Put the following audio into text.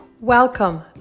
Welcome